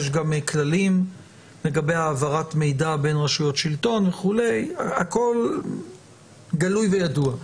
יש גם כללים לגבי העברת מידע בין רשויות שלטון וכולי הכל גלוי וידוע.